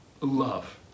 love